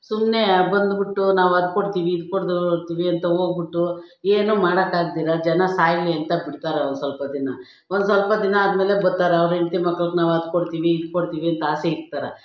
ಸುಮ್ಮನೆ ಬಂದ್ಬಿಟ್ಟು ನಾವು ಅದು ಕೊಡ್ತೀವಿ ಇದು ಕೊಡ್ತಾ ಹೋಗ್ತೀವಿ ಅಂತ ಹೋಗ್ಬಿಟ್ಟು ಏನು ಮಾಡೋಕ್ಕಾಗ್ದಿರ ಜನ ಸಾಯಲಿ ಅಂತ ಬಿಡ್ತಾರೆ ಒಂದು ಸ್ವಲ್ಪ ದಿನ ಒಂದು ಸ್ವಲ್ಪ ದಿನ ಆದಮೇಲೆ ಬರ್ತಾರೆ ಅವ್ರ ಹೆಂಡತಿ ಮಕ್ಳಿಗೆ ನಾವು ಅದು ಕೊಡ್ತೀವಿ ಇದು ಕೊಡ್ತೀವಿ ಅಂತ ಆಸೆ ಇಡ್ತಾರೆ